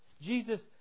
Jesus